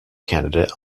candidate